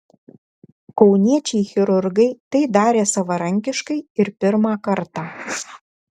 kauniečiai chirurgai tai darė savarankiškai ir pirmą kartą